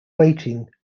waiting